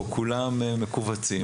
פה כולם מכווצים.